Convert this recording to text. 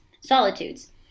Solitudes